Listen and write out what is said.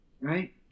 Right